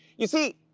you see,